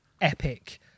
epic